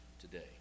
today